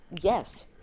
yes